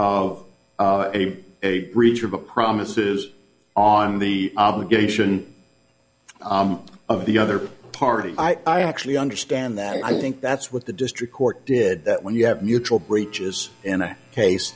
the promises on the obligation the other party i actually understand that i think that's what the district court did that when you have mutual breaches in a case